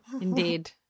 Indeed